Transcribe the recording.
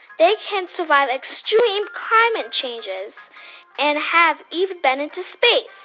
they can survive extreme climate changes and have even been into space.